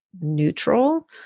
neutral